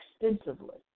extensively